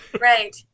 Right